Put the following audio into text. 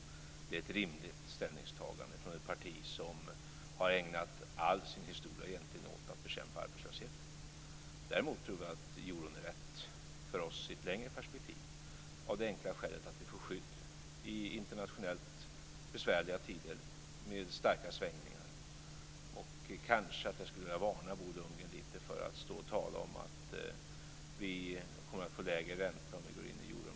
Det är ett rimligt ställningstagande från ett parti som har ägnat egentligen all sin historia åt att bekämpa arbetslösheten. Däremot tror jag att euron är rätt för oss i ett längre perspektiv av det enkla skälet att vi får skydd i internationellt besvärliga tider med starka svängningar. Jag kanske skulle vilja varna Bo Lundgren lite grann för att stå och tala om att vi kommer att få lägre ränta om vi går in i euroområdet.